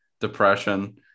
depression